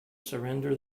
surrender